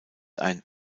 ein